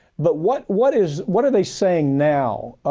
but what what is, what are they saying now,